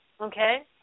Okay